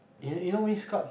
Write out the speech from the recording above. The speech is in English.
eh you know Winx club